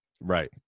Right